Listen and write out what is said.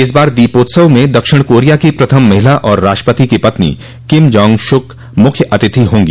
इस बार दीपोत्सव में दक्षिण कोरिया की प्रथम महिला और राष्ट्रपति की पत्नी किम जांग श्रक मुख्य अतिथि होंगी